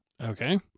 Okay